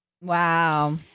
Wow